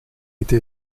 été